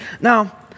Now